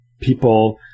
people